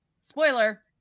spoiler